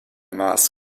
maß